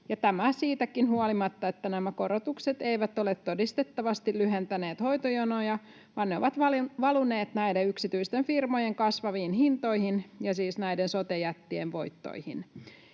tämä siitäkin huolimatta, että nämä korotukset eivät ole todistettavasti lyhentäneet hoitojonoja vaan ne ovat valuneet näiden yksityisten firmojen kasvaviin hintoihin ja siis sote-jättien voittoihin.